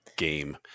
game